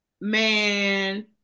man